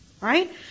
Right